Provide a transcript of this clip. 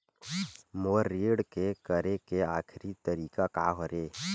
मोर ऋण के करे के आखिरी तारीक का हरे?